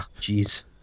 Jeez